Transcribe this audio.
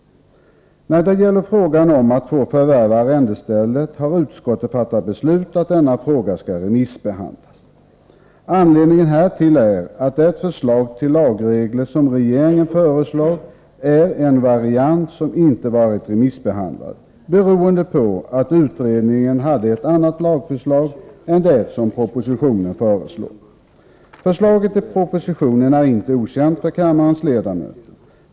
När det gäller rätten att få förvärva arrendestället har utskottet hemställt att denna fråga skall remissbehandlas. Anledningen härtill är att det förslag till lagregler som regeringen kommer med är en variant som inte remissbehandlats, beroende på att utredningen hade ett annat lagförslag än det som återfinns i propositionen. Förslaget i propositionen är inte okänt för kammarens ledamöter.